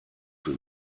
für